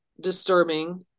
disturbing